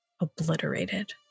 obliterated